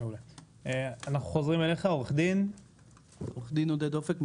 אנחנו חוזרים אל עורך דין עודד אופק.